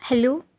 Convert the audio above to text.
hello